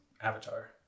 avatar